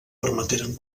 permeteren